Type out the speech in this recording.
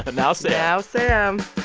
ah now, sam. now, sam.